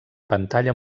pantalla